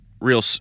real